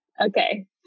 Okay